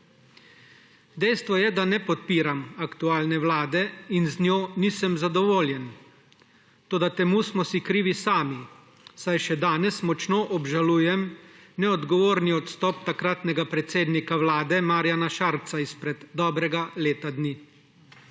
Dejstvo je, da ne podpiram aktualne vlade in z njo nisem zadovoljen. Toda za to smo si krivi sami, saj še danes močno obžalujem neodgovorni odstop takratnega predsednika vlade Marjana Šarca izpred dobrega leta dni.